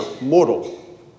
mortal